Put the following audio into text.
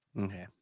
Okay